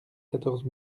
quatorze